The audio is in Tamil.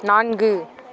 நான்கு